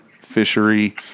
fishery